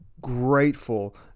grateful